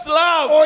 love